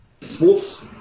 sports